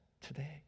today